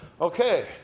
Okay